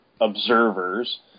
observers